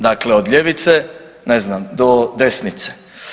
Dakle, od ljevice do, ne znam, do desnice.